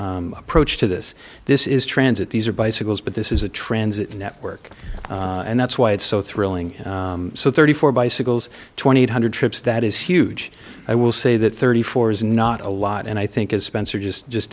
approach to this this is transit these are bicycles but this is a transit network and that's why it's so thrilling so thirty four bicycles twenty eight hundred trips that is huge i will say that thirty four is not a lot and i think as spencer just just